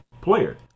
player